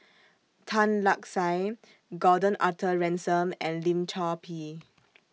Tan Lark Sye Gordon Arthur Ransome and Lim Chor Pee